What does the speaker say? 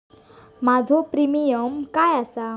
माझो प्रीमियम काय आसा?